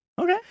Okay